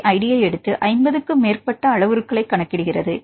B ஐடியை எடுத்து 50 க்கும் மேற்பட்ட அளவுருக்களைக் கணக்கிடுகிறது